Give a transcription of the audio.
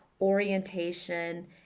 orientation